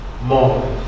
more